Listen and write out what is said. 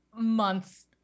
Months